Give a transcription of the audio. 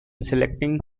selecting